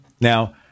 Now